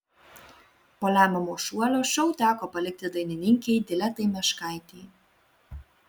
po lemiamo šuolio šou teko palikti dainininkei diletai meškaitei